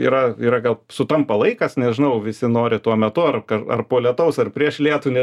yra gal sutampa laikas nežinau visi nori tuo metu ar po lietaus ar prieš lietų nežinau kaip čia